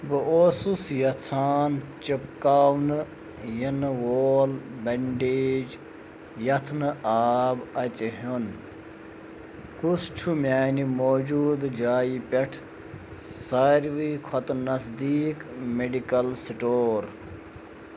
بہٕ اوسُس یَژھان چِپکاونہٕ یِنہٕ وول بنٛڈیج یَتھ نہٕ آب اَژِ ہیوٚن کُس چھُ میٛانہِ موجوٗدٕ جایہِ پٮ۪ٹھ ساروی کھۄتہٕ نزدیٖک میٚڈِکَل سِٹور